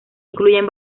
incluyen